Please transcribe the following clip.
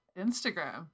Instagram